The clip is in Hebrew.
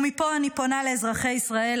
ומפה אני פונה לאזרחי ישראל,